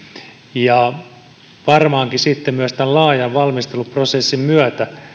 ja sitten varmaankin tämän laajan valmisteluprosessin myötä